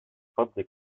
فضلك